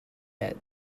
yet